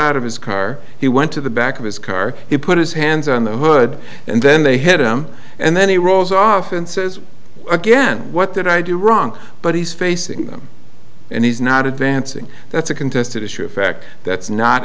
out of his car he went to the back of his car he put his hands on the hood and then they hit him and then he rolls off and says again what did i do wrong but he's facing them and he's not advancing that's